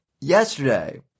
yesterday